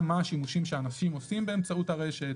גם מה השימושים שאנשים עושים באמצעות הרשת